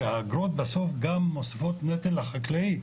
כשהאגרות בסוף גם מוסיפות נטל על החקלאים.